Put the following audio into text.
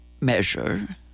measure